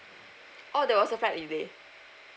orh there was a flight delay